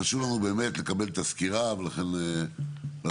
חשוב לנו באמת לקבל את הסקירה ולכן אנחנו